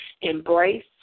embrace